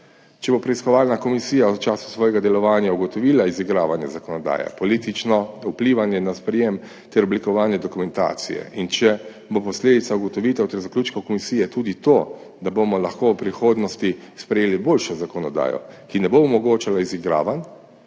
Če bo preiskovalna komisija v času svojega delovanja ugotovila izigravanje zakonodaje, politično vplivanje na sprejetje ter oblikovanje dokumentacije in če bo posledica ugotovitev ter zaključkov komisije tudi to, da bomo lahko v prihodnosti sprejeli boljšo zakonodajo, ki ne bo omogočala izigravanj